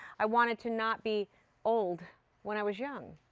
i wanted to not be old when i was young.